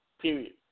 period